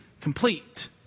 complete